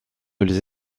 les